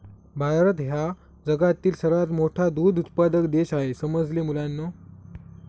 भारत हा जगातील सर्वात मोठा दूध उत्पादक देश आहे समजले मुलांनो